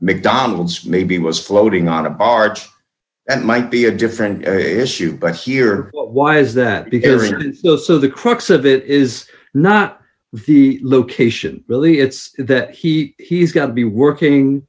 mcdonald's maybe was floating on a barge and might be a different issue but here why is that because the so the crux of it is not the location really it's that he's got to be working